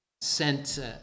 sent